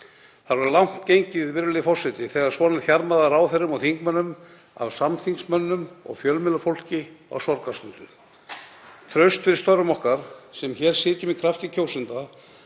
Það er of langt gengið, virðulegi forseti, þegar svona er þjarmað að ráðherrum og þingmönnum af samþingsmönnum og fjölmiðlafólki á sorgarstundu. Traust á störfum okkar sem hér sitjum í krafti kjósenda